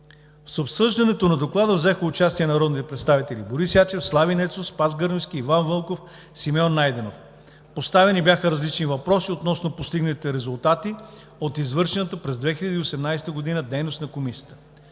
В обсъждането на доклада взеха участие народните представители: Борис Ячев, Слави Нецов, Спас Гърневски, Иван Вълков и Симеон Найденов. Поставени бяха различни въпроси относно постигнатите резултати от извършената през 2018 г. дейност на Комисията.